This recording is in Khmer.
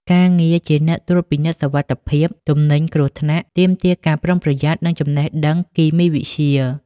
ការងារជាអ្នកត្រួតពិនិត្យសុវត្ថិភាពទំនិញគ្រោះថ្នាក់ ទាមទារការប្រុងប្រយ័ត្ន និងចំណេះដឹងគីមីវិទ្យា។